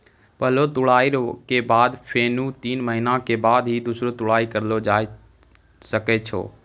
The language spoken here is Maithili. पहलो तुड़ाई के बाद फेनू तीन महीना के बाद ही दूसरो तुड़ाई करलो जाय ल सकै छो